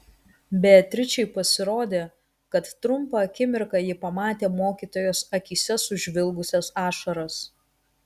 beatričei pasirodė kad trumpą akimirką ji pamatė mokytojos akyse sužvilgusias ašaras